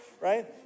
right